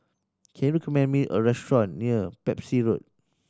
can you recommend me a restaurant near Pepys Road